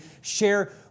share